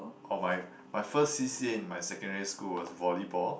oh my my first c_c_a in my secondary school was volleyball